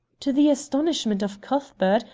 to the astonishment of cuthbert,